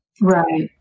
Right